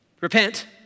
repent